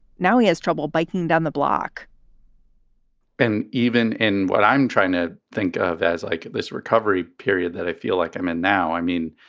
now he has trouble biking down the block and even in what i'm trying to think of as like this recovery period that i feel like i'm in now, i mean,